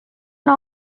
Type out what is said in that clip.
one